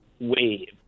wave